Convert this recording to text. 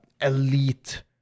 elite